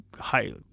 high